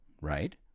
right